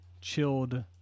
Chilled